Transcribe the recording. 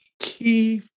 key